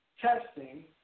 testing